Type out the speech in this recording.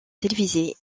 télévisés